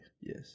Yes